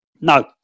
No